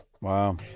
Wow